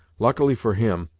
luckily for him,